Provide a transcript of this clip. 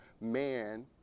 man